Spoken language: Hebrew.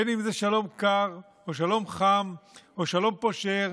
בין שזה שלום קר ובין שזה שלום חם או שלום פושר,